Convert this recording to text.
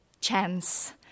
chance